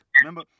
Remember